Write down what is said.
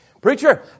Preacher